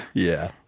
yeah,